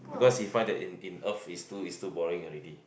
because he find that in in Earth it's too it's too boring already